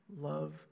love